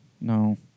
No